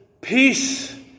Peace